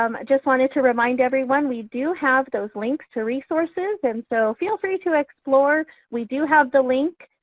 um just wanted to remind everyone we do have those links to resources and so feel free to explore. we do have the link,